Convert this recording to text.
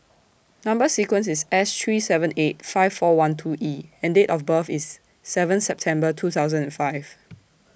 Number sequence IS S three seven eight five four one two E and Date of birth IS seven September two thousand and five